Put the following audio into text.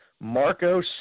Marco